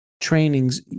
trainings